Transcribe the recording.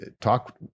talk